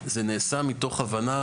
זה נעשה מתוך הבנה.